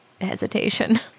hesitation